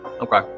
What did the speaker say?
Okay